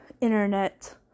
internet